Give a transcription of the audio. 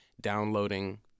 downloading